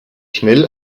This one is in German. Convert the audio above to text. schnell